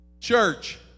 church